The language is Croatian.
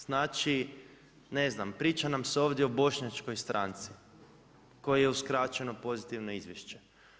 Znači ne znam, priča nam se ovdje o bošnjačkoj stranci, koji je uskraćeno pozitivno izvješće.